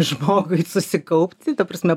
žmogui susikaupti ta prasme